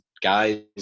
guys